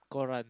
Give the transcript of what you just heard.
quran